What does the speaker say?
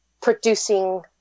producing